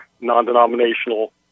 non-denominational